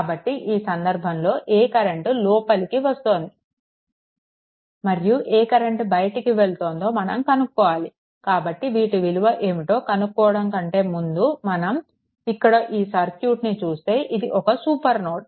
కాబట్టి ఈ సందర్భంలో ఏ కరెంట్ లోపలికి వస్తోంది మరియు ఏ కరెంట్ బయటికి వెళ్తోందో మనం కనుక్కోవాలి కాబట్టి వీటి విలువ ఏమిటో కనుక్కోవడం కంటే ముందు మనం ఇక్కడ ఈ సర్క్యూట్ ని చూస్తే ఇది ఒక సూపర్ నోడ్